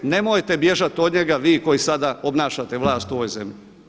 Nemojte bježati od njega vi koji sada obnašate vlast u ovoj zemlji.